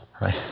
right